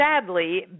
Sadly